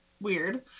Weird